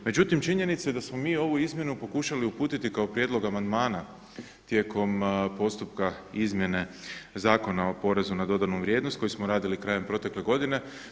Međutim, činjenica je da smo mi ovu izmjenu pokušali uputiti kao prijedlog amandmana tijekom postupka izmjene Zakona o porezu na dodanu vrijednost koji smo radili krajem protekle godine.